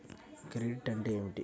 Credit అంటే ఏమిటి?